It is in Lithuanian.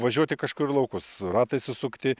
važiuoti kažkur į laukus ratai susukti